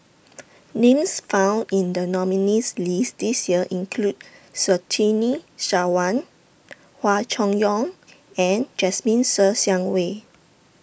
Names found in The nominees' list This Year include Surtini Sarwan Hua Chai Yong and Jasmine Ser Xiang Wei